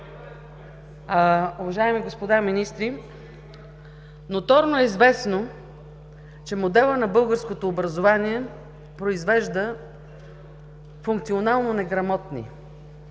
Уважаеми господа министри, ноторно е известно, че моделът на българското образование произвежда функционално неграмотни;